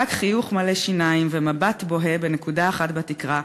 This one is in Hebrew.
רק חיוך מלא שיניים ומבט בוהה בנקודה אחת בתקרה,